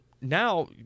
now